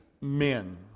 men